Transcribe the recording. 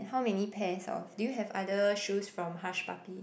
how many pairs of do you have other shoes from Hush Puppy